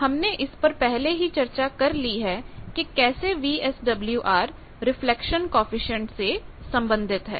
हमने इस पर पहले ही चर्चा कर ली है कि कैसे वीएसडब्ल्यूआर रिफ्लेक्शन कॉएफिशिएंट से संबंधित है